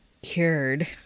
Cured